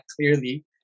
clearly